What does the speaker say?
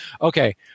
Okay